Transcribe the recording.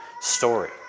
story